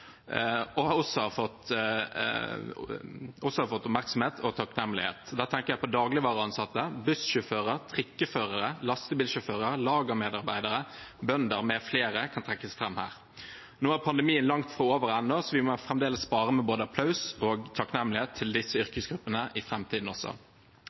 også har fått oppmerksomhet og takknemlighet. Da tenker jeg på dagligvareansatte, bussjåfører, trikkeførere, lastebilsjåfører, lagermedarbeidere, bønder med flere, som kan trekkes fram her. Nå er pandemien langt fra over ennå, så vi må fremdeles spare både applaus og takknemlighet til disse yrkesgruppene i framtiden også.